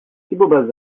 thibault